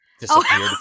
disappeared